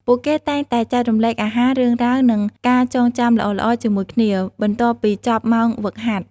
ពួកគេតែងតែចែករំលែកអាហារ រឿងរ៉ាវ និងការចងចាំល្អៗជាមួយគ្នា បន្ទាប់ពីចប់ម៉ោងហ្វឹកហាត់។